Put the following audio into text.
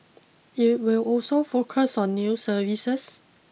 it will also focus on new services